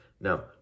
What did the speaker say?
Now